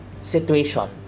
situation